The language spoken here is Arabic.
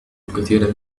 الكثير